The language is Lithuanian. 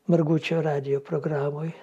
margučio radijo programoj